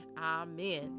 amen